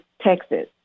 Texas